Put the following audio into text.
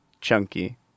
chunky